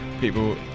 People